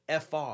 FR